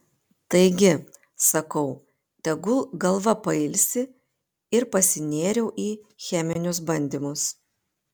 taigi sakau tegul galva pailsi ir pasinėriau į cheminius bandymus